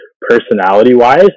personality-wise